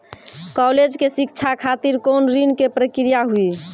College के शिक्षा खातिर कौन ऋण के प्रक्रिया हुई?